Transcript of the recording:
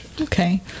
Okay